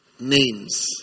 names